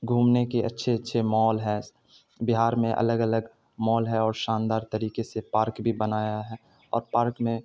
گھومنے کی اچھے اچھے مال بہار میں الگ الگ مال ہیں اور شاندار طریقے سے پارک بھی بنایا ہے اور پارک میں